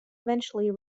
eventually